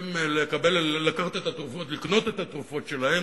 מצליחים לקנות את התרופות שלהם?